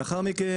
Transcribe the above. לאחר מכן,